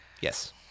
Yes